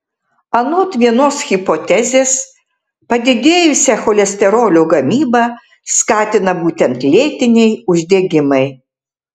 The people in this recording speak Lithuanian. anot vienos hipotezės padidėjusią cholesterolio gamybą skatina būtent lėtiniai uždegimai